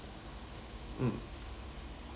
mm